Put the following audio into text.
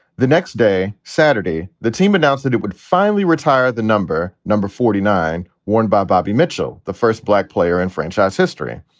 the next day, saturday, the team announced that it would finally retire. the number number forty nine worn by bobby mitchell, the first black player in franchise history.